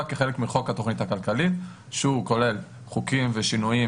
כחלק מחוק התכנית הכלכלית שהוא כולל חוקים ושינויים